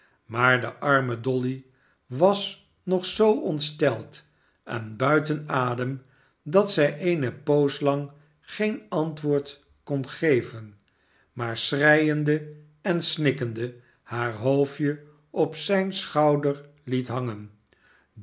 maar de arme dolly was nog zoo ontsteld en buiten adem dat zij eene poos lang geen antwoord kon geven maar schreiende en snikkende haar hoofdje op zijn schouder liet hangen